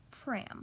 pram